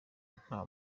nta